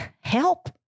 Help